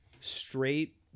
straight